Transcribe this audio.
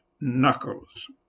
knuckles